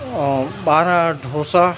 ऐं ॿारहं ढोसा